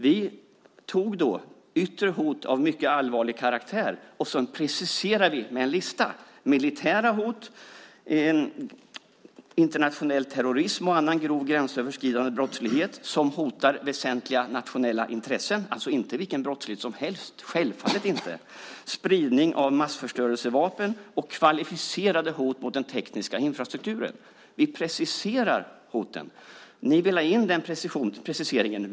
Vi tog upp yttre hot av mycket allvarlig karaktär och preciserade militära hot, internationell terrorism och annan grov gränsöverskridande brottslighet som hotar väsentliga nationella intressen, alltså inte vilken brottslighet som helst, självfallet inte, utan spridning av massförstörelsevapen och kvalificerade hot mot den tekniska infrastrukturen. Vi preciserade hoten. Ni ville ha in den preciseringen.